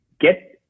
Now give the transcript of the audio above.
get